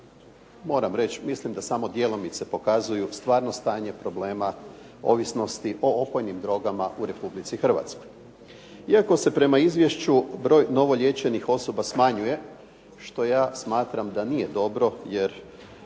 moram reći mislim da samo djelomice pokazuju stvarno stanje problema ovisnosti o opojnim drogama u Republici Hrvatskoj. Iako se prema izvješću broj novo liječenih osoba smanjuje što ja smatram da nije dobro, jer